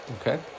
Okay